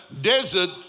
desert